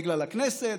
בגלל הכנסת,